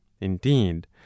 Indeed